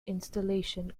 installation